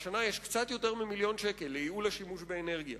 והשנה יש קצת יותר ממיליון שקל לייעול השימוש באנרגיה.